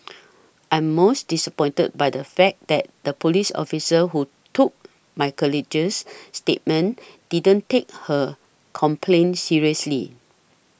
I'm most disappointed by the fact that the police officer who took my colleague's statement didn't take her complaint seriously